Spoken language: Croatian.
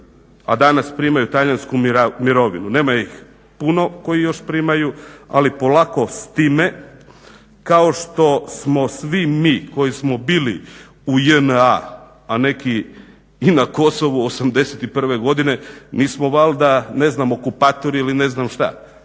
a danas primaju talijansku mirovinu. Nema ih puno koji je još primaju ali polako s time kao što smo svi mi koji smo bili u JNA, a neki i na Kosovu '81.godine nismo valjda okupatori ili ne znam šta.